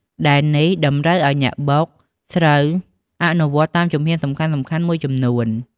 ដែលនេះតម្រូវអោយអ្នកបុកស្រូវអនុវត្តតាមជំហានសំខាន់ៗមួយចំនួន។